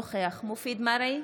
אינו נוכח מופיד מרעי,